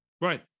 Right